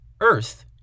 earth